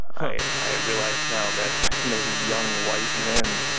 i i realize now that maybe young white men